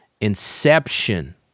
inception